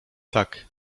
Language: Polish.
tak